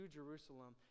Jerusalem